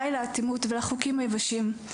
די לאטימות ולחוקים היבשים.